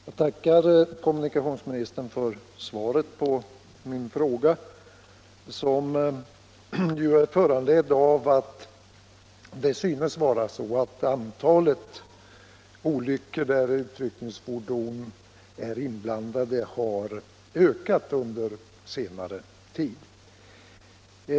Herr talman! Jag tackar kommunikationsministern för svaret på min fråga, som är föranledd av att antalet olyckor där utryckningsfordon är inblandade synes ha ökat på senare tid.